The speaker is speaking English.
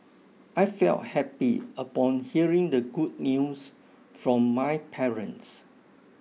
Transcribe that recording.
I felt happy upon hearing the good news from my parents